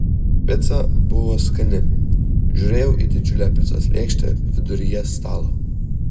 pica buvo skani žiūrėjau į didžiulę picos lėkštę viduryje stalo